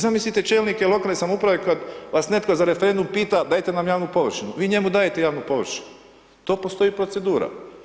Pa zamislite čelnike lokalne samouprave kad vas netko za referendum pita dajte nam javnu površinu, vi njemu dajete javnu površinu, to postoji procedura.